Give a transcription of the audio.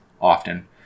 often